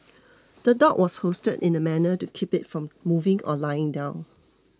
the dog was hoisted in a manner to keep it from moving or lying down